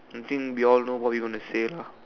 I think we all know what we gonna say lah